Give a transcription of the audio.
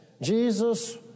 Jesus